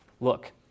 look